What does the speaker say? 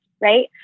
right